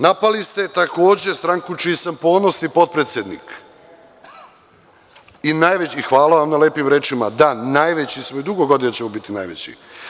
Napali ste takođe stranku čiji sam ponosni potpredsednik, hvala vam na lepim rečima, da najveći smo i dugo godina ćemo biti najveći.